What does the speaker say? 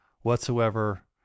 whatsoever